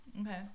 Okay